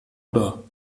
oder